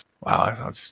Wow